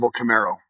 Camaro